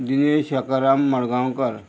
Dinesh Sakaram Madgaonkar